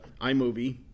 iMovie